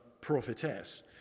prophetess